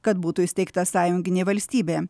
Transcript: kad būtų įsteigta sąjunginė valstybė